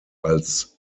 als